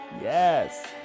Yes